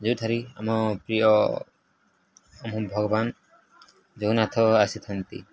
ଯେଉଁଠାରେ ଆମ ପ୍ରିୟ ଭଗବାନ ଜଗନ୍ନାଥ ଆସିଥାନ୍ତି